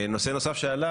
נושא נוסף שעלה